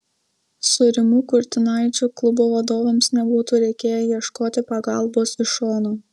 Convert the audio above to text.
su rimu kurtinaičiu klubo vadovams nebūtų reikėję ieškoti pagalbos iš šono